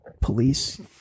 police